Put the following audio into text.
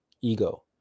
ego